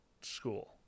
school